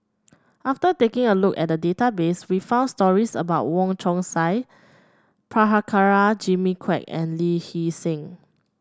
after taking a look at the database we found stories about Wong Chong Sai Prabhakara Jimmy Quek and Lee Hee Seng